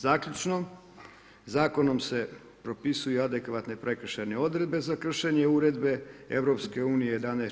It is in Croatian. Zaključno, zakonom se propisuje adekvatne prekršajne odredbe za kršenje Uredbe EU 11/